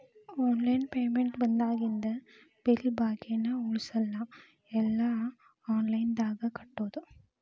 online payment ಬಂದಾಗಿಂದ bill ಬಾಕಿನ ಉಳಸಲ್ಲ ಎಲ್ಲಾ ಆನ್ಲೈನ್ದಾಗ ಕಟ್ಟೋದು